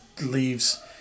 leaves